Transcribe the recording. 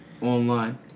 online